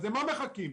למה מחכים?